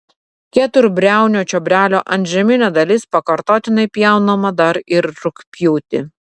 keturbriaunio čiobrelio antžeminė dalis pakartotinai pjaunama dar ir rugpjūtį